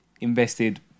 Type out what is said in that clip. invested